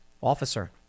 officer